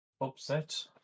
upset